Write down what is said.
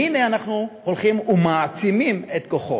והנה, אנחנו הולכים ומעצימים את כוחו.